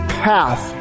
path